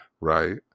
Right